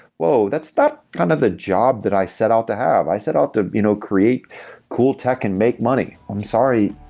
whoa, that's not kind of the job that i set out to have. i set out to you know create cool tech and make money. i'm sorry,